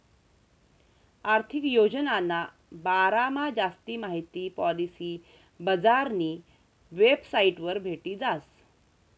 आर्थिक योजनाना बारामा जास्ती माहिती पॉलिसी बजारनी वेबसाइटवर भेटी जास